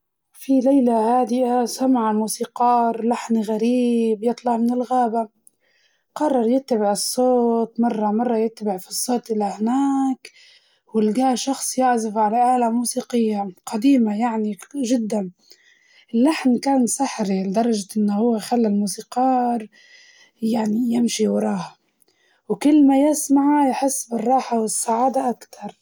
في ليلة هادئة سمع الموسيقار لحن غريب يطلع من الغابة، قررت يتبع الصوت مرة مرة يتبع الصوت إلى هناك ولقاه شخص يعزف على آلة موسيقية قديمة يعني جداً، اللحن كان سحري لدرجة إنه هو خلى الموسيقار يعني يمشي وراه، وكل ما يسمعه يحس بالراحة والسعادة أكتر.